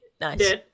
Nice